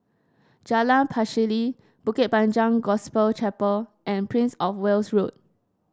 Jalan Pacheli Bukit Panjang Gospel Chapel and Prince Of Wales Road